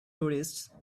tourists